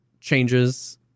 changes